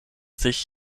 sich